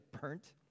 burnt